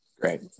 Great